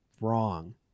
wrong